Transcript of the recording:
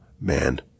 man